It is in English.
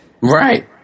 Right